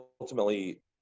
ultimately